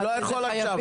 אני לא יכול עכשיו,